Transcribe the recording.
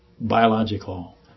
biological